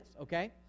okay